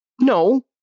no